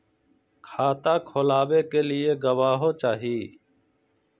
खाता खोलाबे के लिए गवाहों चाही?